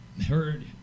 heard